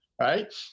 right